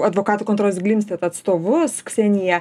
advokatų kontoros glimstedt atstovus kseniją